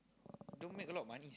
don't make a lot of money